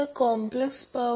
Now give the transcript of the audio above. हा प्रॉब्लेम आहे